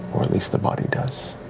or at least the body does.